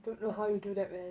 don't know how you do that man